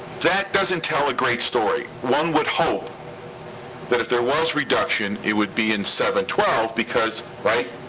that doesn't tell a great story. one would hope that if there was reduction, it would be in seven twelve, because, right,